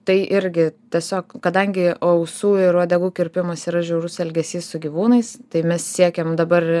tai irgi tiesiog kadangi ausų ir uodegų kirpimas yra žiaurus elgesys su gyvūnais tai mes siekiam dabar